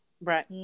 Right